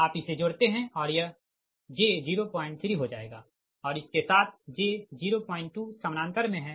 आप इसे जोड़ते हैं और यह j 03 हो जाएगा और इसके साथ j 02 समानांतर में हैं